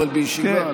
אבל בישיבה.